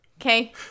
Okay